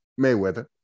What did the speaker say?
mayweather